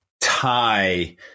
tie